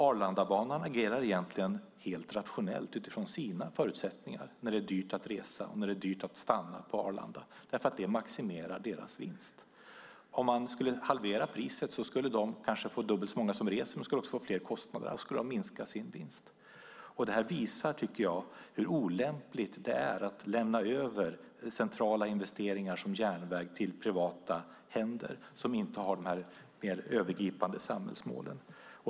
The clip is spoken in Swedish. Arlandabanan agerar egentligen helt rationellt utifrån sina förutsättningar när det är dyrt att resa och dyrt att stanna på Arlanda, för det maximerar deras vinst. Om man skulle halvera priset skulle de kanske få dubbelt så många som reser. De skulle också få större kostnader och skulle minska sin vinst. Det här visar hur olämpligt det är att lämna över centrala investeringar som järnväg till privata händer, som inte har de mer övergripande samhällsmålen.